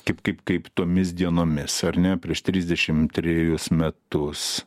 kaip kaip kaip tomis dienomis ar ne prieš trisdešimt trejus metus